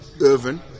Irvin